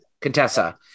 Contessa